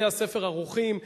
בתי-הספר ערוכים,